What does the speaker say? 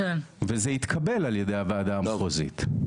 וזה התקבל על ידי הוועדה המחוזית.